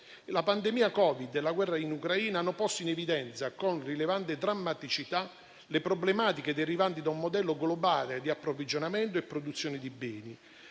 La pandemia Covid e la guerra in Ucraina hanno posto in evidenza con rilevante drammaticità le problematiche derivanti da un modello globale di approvvigionamento e produzione di beni.